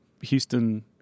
Houston